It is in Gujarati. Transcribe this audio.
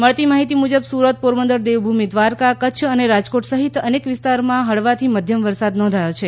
મળતી માહિતી મુજબ સુરત પોરબંદર દેવભૂમિ દ્વારકા કચ્છ અને રાજકોટ સહિત અનેક વિસ્તારમાં હળવાશથી મધ્યમ વરસાદ નોંધાયો છે